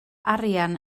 arian